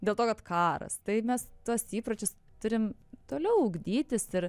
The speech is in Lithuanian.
dėl to kad karas tai mes tuos įpročius turim toliau ugdytis ir